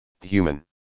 human